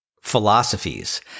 Philosophies